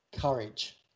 courage